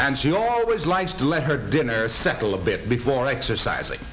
and she always likes to let her dinner a second a bit before exercising